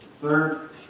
Third